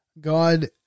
God